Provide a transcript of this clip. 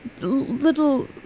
little